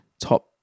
Top